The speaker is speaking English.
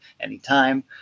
anytime